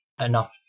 enough